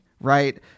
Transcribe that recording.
right